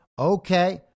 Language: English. okay